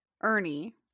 Ernie